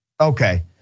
Okay